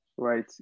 right